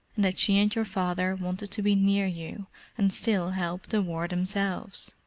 and that she and your father wanted to be near you and still help the war themselves.